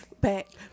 back